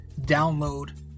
download